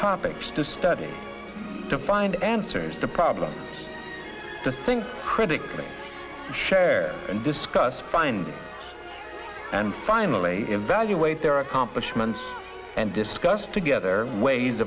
topics to study to find answers to problems to think critically share and discuss find and finally evaluate their accomplishments and discuss together ways